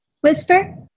Whisper